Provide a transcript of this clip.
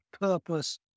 purpose